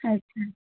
ਅੱਛਾ